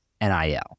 NIL